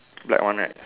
black one right